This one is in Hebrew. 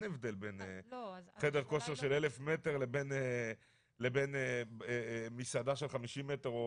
אין הבדל בין חדר כושר של אלף מטר לבין מסעדה של חמישים מטר,